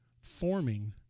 forming